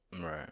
right